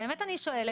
באמת אני שואלת,